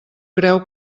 creu